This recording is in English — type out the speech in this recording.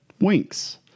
Winks